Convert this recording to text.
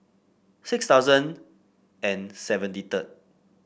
six thousand and seventy third